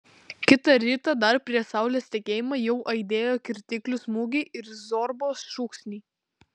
kitą rytą dar prieš saulės tekėjimą jau aidėjo kirtiklių smūgiai ir zorbos šūksniai